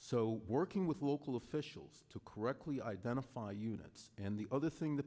so working with local officials to correctly identify units and the other thing the